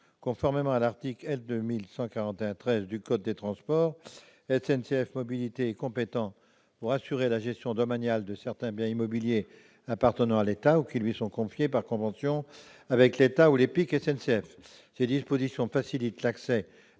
Conformément à l'article L. 2141-13 du code des transports, SNCF Mobilités est compétente pour assurer la gestion domaniale de certains biens immobiliers appartenant à l'État ou qui lui sont confiés par convention avec l'État ou l'EPIC SNCF. Ces dispositions facilitent l'accès